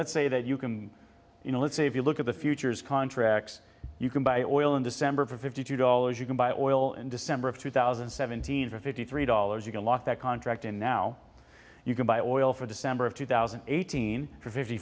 let's say that you can you know let's see if you look at the futures contracts you can buy oil in december for fifty two dollars you can buy oil in december of two thousand and seventeen for fifty three dollars you can lock that contract in now you can buy oil for december of two thousand and eighteen f